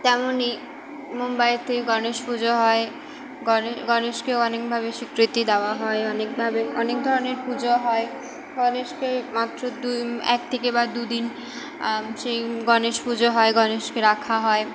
তেমনই মুম্বাইতে গণেশ পুজো হয় গণেশকেও অনেকভাবে স্বীকৃতি দেওয়া হয় অনেকভাবে অনেক ধরণের পুজো হয় গণেশকে মাত্র দু এক থেকে বা দুদিন সেই গণেশ পুজো হয় গণেশকে রাখা হয়